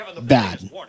bad